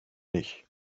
ich